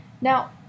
Now